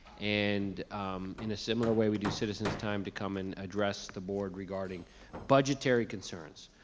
and in a similar way we do citizens' time to come and address the board regarding budgetary concerns.